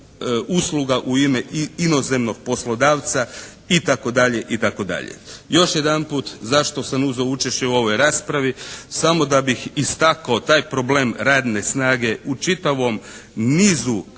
usluga u ime i inozemnog poslodavca i tako dalje i tako dalje. Još jedanput zašto sam uzeo učešće u ovoj raspravi? Samo da bih istakao taj problem radne snage u čitavom nizu